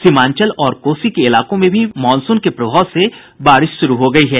सीमांचल और कोसी के इलाकों में भी मॉनसून के प्रभाव से बारिश शुरू हो गयी है